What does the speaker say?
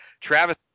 Travis